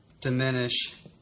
diminish